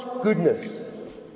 goodness